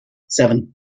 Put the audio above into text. seven